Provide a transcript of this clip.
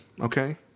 okay